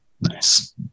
nice